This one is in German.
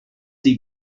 sie